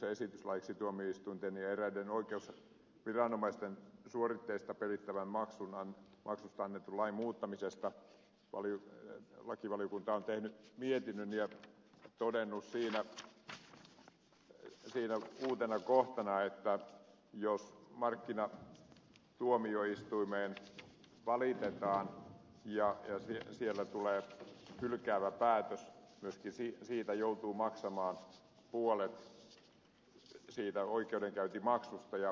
hallituksen esityksestä laiksi tuomioistuinten ja eräiden oikeusviranomaisten suoritteista perittävästä maksusta annetun lain muuttamisesta lakivaliokunta on tehnyt mietinnön ja todennut siinä uutena kohtana että jos markkinatuomioistuimeen valitetaan ja sieltä tulee hylkäävä päätös myöskin joutuu maksamaan puolet siitä oikeudenkäyntimaksusta